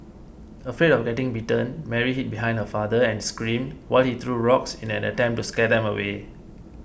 afraid of getting bitten Mary hid behind her father and screamed while he threw rocks in an attempt to scare them away